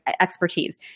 expertise